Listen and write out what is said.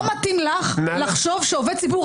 לא מתאים לך לחשוב שעובד ציבור,